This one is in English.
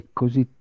così